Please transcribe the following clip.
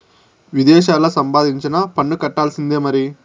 విదేశాల్లా సంపాదించినా పన్ను కట్టాల్సిందే మరి